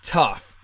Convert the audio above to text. tough